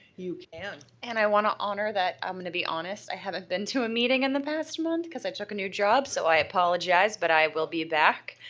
you can. and i want to honor that i'm going to be honest, i haven't been to a meeting in the past month because i took a new job, so i apologize, but i will be back.